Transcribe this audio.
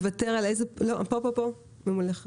על איזה פרט לוותר?